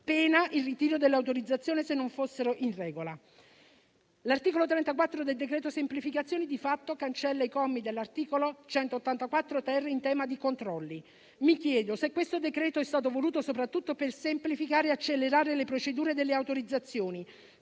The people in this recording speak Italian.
pena il ritiro dell'autorizzazione se non fossero stati in regola. L'articolo 34 del decreto-legge semplificazioni cancella di fatto i commi dell'articolo 184-*ter* in tema di controlli. Mi chiedo: se questo decreto è stato voluto soprattutto per semplificare e accelerare le procedure delle autorizzazioni,